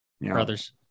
brothers